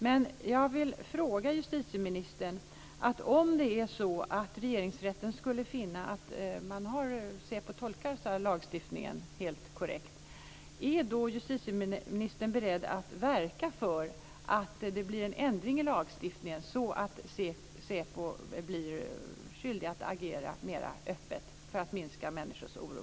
Men jag vill fråga justitieministern: Är justitieministern, om Regeringsrätten skulle finna att SÄPO tolkar lagstiftningen helt korrekt, beredd att verka för att det blir en ändring i lagstiftningen så att SÄPO blir skyldig att agera mer öppet för att minska människors oro?